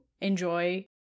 enjoy